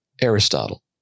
Aristotle